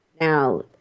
Now